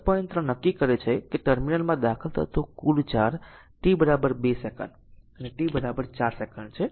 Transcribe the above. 3 નક્કી કરે છે કે ટર્મિનલમાં દાખલ થતો કુલ ચાર્જ t 2 સેકન્ડ અને t 4 સેકન્ડ છે